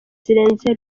zirenze